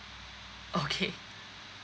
okay